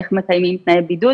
איך מקיימים תנאי בידוד,